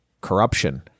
corruption